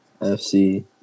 FC